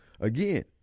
again